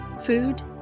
food